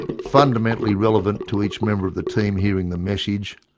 fundamentally relevant to each member of the team hearing the message,